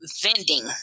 Vending